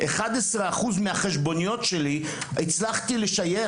והצלחתי לשייך כ-11% מהחשבוניות שלי בתוך